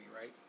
right